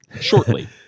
shortly